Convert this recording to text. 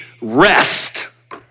rest